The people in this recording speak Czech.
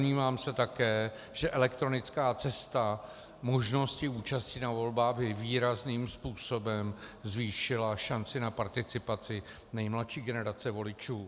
Ale domnívám se také, že elektronická cesta možností účasti na volbách by výrazným způsobem zvýšila šanci na participaci nejmladší generace voličů.